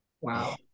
Wow